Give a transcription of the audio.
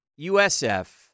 USF